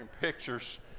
pictures